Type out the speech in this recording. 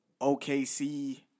OKC